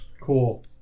Cool